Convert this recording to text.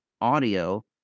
audio